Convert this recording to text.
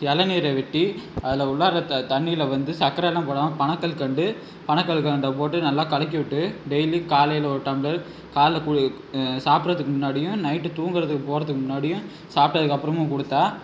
இளநீர வெட்டி அதில் உள்ளார த தண்ணியில் வந்து சக்கரைலாம் போடாமல் பனகல்கண்டு பனகல்கண்ட போட்டு நல்லா கலக்கி விட்டு டெய்லியும் காலையில் ஒரு டம்ளர் காலைல கு சாப்பிட்றதுக்கு முன்னாடியும் நைட்டு தூங்கிறதுக்கு போகிறதுக்கு முன்னாடியும் சாப்பிட்டதுக்கு அப்புறமும் கொடுத்தா